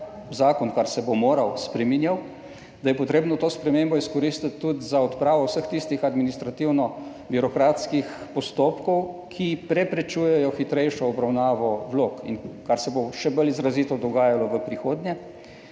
zakon kar se bo moral spreminjal, da je potrebno to spremembo izkoristiti tudi za odpravo vseh tistih administrativno birokratskih postopkov, ki preprečujejo hitrejšo obravnavo vlog in kar se bo še bolj izrazito dogajalo v prihodnje.